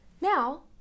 Now